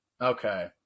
Okay